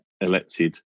elected